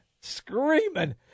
screaming